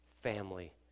family